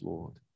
Lord